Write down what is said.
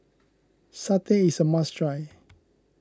Satay is a must try